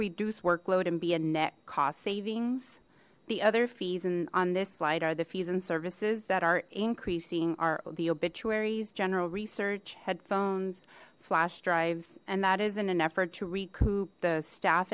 reduce workload and be a net cost savings the other fees in on this slide are the fees and services that are increasing are the obituaries general research headphones flash drives and that is in an effort to recoup the staff